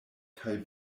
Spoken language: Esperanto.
kaj